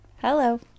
hello